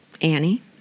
Annie